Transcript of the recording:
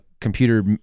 computer